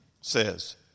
says